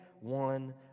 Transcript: One